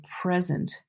present